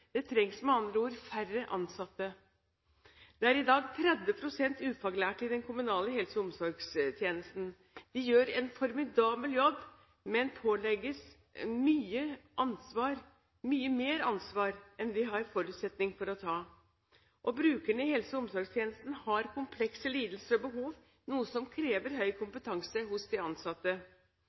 Det trengs med andre ord færre ansatte. Det er i dag 30 pst. ufaglærte i den kommunale helse- og omsorgstjenesten. De gjør en formidabel jobb, men pålegges mye mer ansvar enn de har forutsetning for å ta. Brukerne i helse- og omsorgstjenesten har komplekse lidelser og behov, noe som krever høy kompetanse hos de ansatte.